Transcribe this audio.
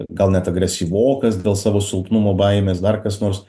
gal net agresyvokas dėl savo silpnumo baimės dar kas nors